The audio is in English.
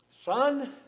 Son